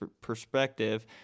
perspective